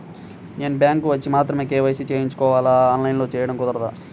నేను బ్యాంక్ వచ్చి మాత్రమే కే.వై.సి చేయించుకోవాలా? ఆన్లైన్లో చేయటం కుదరదా?